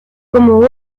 como